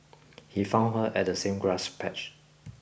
he found her at the same grass patch